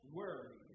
worry